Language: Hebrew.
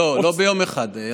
לא, לא ביום אחד.